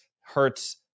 hurts